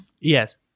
Yes